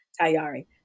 Tayari